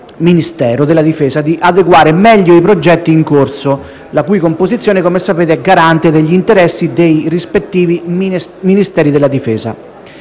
Ministero della difesa di adeguare meglio i progetti in corso, la cui composizione, come sapete, è garante degli interessi dei rispettivi Ministeri della difesa.